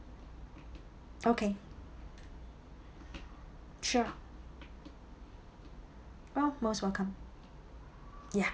okay sure oh most welcome ya